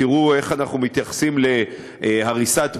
תראו איך אנחנו מתייחסים להריסת בית.